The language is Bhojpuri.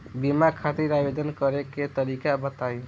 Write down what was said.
बीमा खातिर आवेदन करे के तरीका बताई?